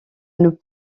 nous